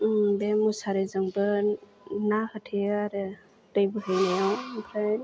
बे मुसारिजोंबो ना होथेयो आरो दै बोहैनायाव ओमफ्राय